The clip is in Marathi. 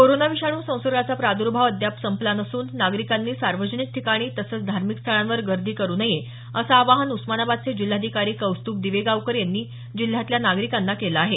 कोरोना विषाणू संसर्गाचा प्रादुर्भाव अद्याप संपला नसून नागरिकांनी सार्वजनिक ठिकाणी तसंच धार्मिक स्थळावर गर्दी करु नये असं आवाहन उस्मानाबादचे जिल्हाधिकारी कौस्तुभ दिवेगावकर यांनी जिल्ह्यातल्या नागरिकांना केलं आहे